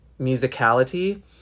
musicality